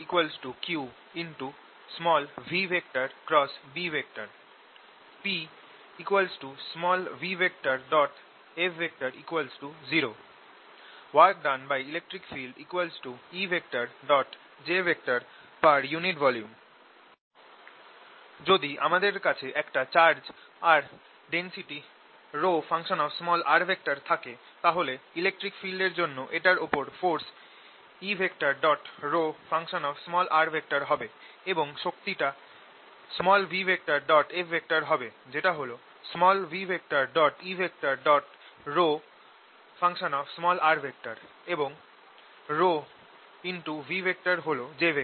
FqvB P v F0 work done by electric field Ejper unit volume যদি আমাদের কাছে একটা চার্জ আর ডেনসিটি ρ থাকে তাহলে ইলেকট্রিক ফিল্ড এর জন্য এটার উপর ফোরস E ρ হবে এবং শক্তিটা v F হবে যেটা হল v E ρ এবং ρv হল j